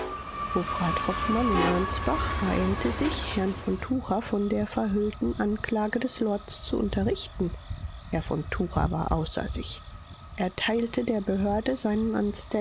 hofmann in ansbach beeilte sich herrn von tucher von der verhüllten anklage des lords zu unterrichten herr von tucher war außer sich er teilte der behörde seinen